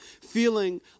feeling